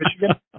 Michigan